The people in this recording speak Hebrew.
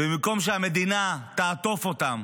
ובמקום שהמדינה תעטוף אותם,